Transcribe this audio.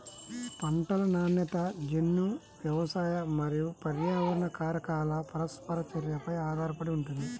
పంటల నాణ్యత జన్యు, వ్యవసాయ మరియు పర్యావరణ కారకాల పరస్పర చర్యపై ఆధారపడి ఉంటుంది